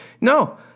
No